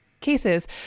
cases